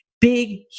big